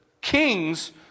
Kings